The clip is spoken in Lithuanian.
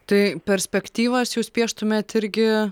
tai perspektyvas jūs pieštumėt irgi